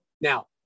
now